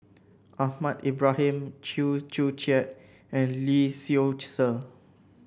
Ahmad Ibrahim Chew Joo Chiat and Lee Seow Ser